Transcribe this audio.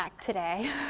today